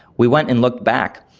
we went and looked back,